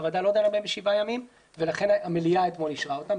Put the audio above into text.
הוועדה לא דנה בהם 7 ימים ולכן המליאה אתמול אישרה אותם,